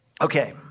Okay